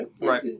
Right